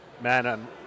man